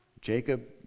Jacob